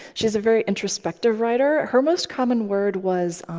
she's a very introspective writer. her most common word was